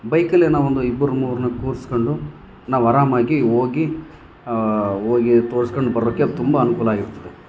ಬೈಕಲ್ಲೇ ನಾವೊಂದು ಇಬ್ಬರು ಮೂವರನ್ನ ಕೂರಿಸ್ಕೊಂಡು ನಾವು ಆರಾಮಾಗಿ ಹೋಗಿ ಹೋಗಿ ತೋರ್ಸ್ಕಂಡು ಬರೋಕೆ ಅದು ತುಂಬ ಅನುಕೂಲ ಆಗಿರ್ತದೆ